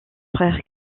frère